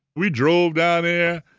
we drove down yeah